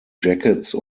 jackets